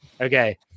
Okay